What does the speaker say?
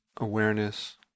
awareness